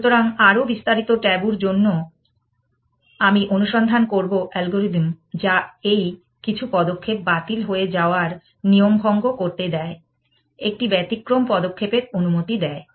সুতরাং আরও বিস্তারিত ট্যাবু র জন্য আমি অনুসন্ধান করব অ্যালগরিদম যা এই কিছু পদক্ষেপ বাতিল হয়ে যাওয়ার নিয়মভঙ্গ করতে দেয় একটি ব্যতিক্রম পদক্ষেপের অনুমতি দেয়